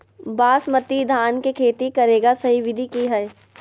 बासमती धान के खेती करेगा सही विधि की हय?